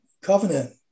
covenant